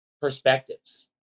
perspectives